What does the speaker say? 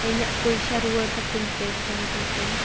ᱤᱧᱟᱹᱜ ᱯᱚᱭᱥᱟ ᱨᱩᱣᱟᱹᱲ ᱠᱟᱛᱤᱧ ᱯᱮ ᱯᱷᱳᱱ ᱯᱮ ᱛᱮ